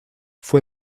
fue